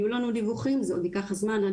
יהיו לנו דיווחים וזה עוד יקח זמן עד